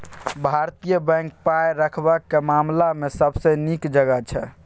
भारतीय बैंक पाय रखबाक मामला मे सबसँ नीक जगह छै